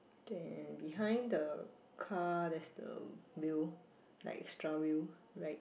then behind the car that's the wheel like extra wheel right